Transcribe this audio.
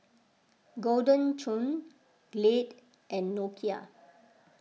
Golden Churn Glade and Nokia